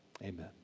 Amen